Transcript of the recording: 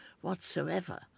whatsoever